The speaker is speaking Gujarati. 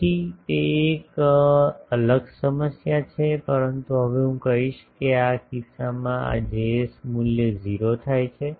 તેથી તે એક અલગ સમસ્યા છે પરંતુ હવે હું કહીશ કે આ કિસ્સામાં આ Js મૂલ્ય 0 થાય છે